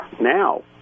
now